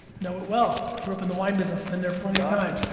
know it well, grew up in the wine business, been there plenty of times.